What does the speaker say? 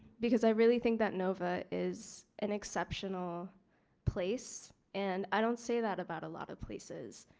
because i really think that nova is an exceptional place and i don't say that about a lot of places.